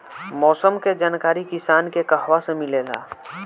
मौसम के जानकारी किसान के कहवा से मिलेला?